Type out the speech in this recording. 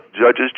Judges